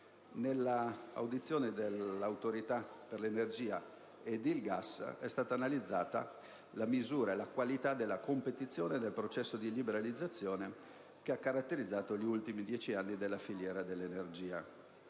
Nell'audizione dell'Autorità per l'energia elettrica e il gas è stata analizzata la misura e la qualità della competizione nel processo di liberalizzazione che ha caratterizzato gli ultimi dieci anni nella filiera dell'energia.